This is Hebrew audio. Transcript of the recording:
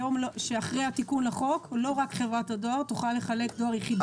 שאחרי התיקון לחוק לא רק חברת הדואר תוכל לחלק דואר יחידני.